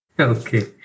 Okay